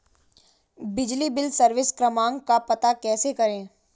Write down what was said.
बिजली bill service क्रमांक का पता कैसे करें?